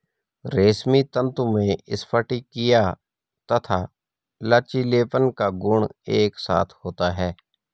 रेशमी तंतु में स्फटिकीय तथा लचीलेपन का गुण एक साथ होता है